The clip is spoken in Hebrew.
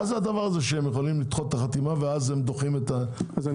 מה זה הדבר הזה שהם יכולים לדחות את החתימה ואז הם דוחים את הביצוע?